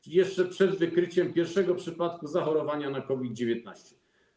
I jeszcze przed wykryciem pierwszego przypadku zachorowania na COVID-19.